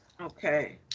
Okay